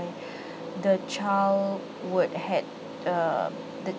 the child would had um the